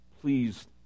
please